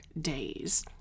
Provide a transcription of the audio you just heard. days